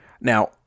Now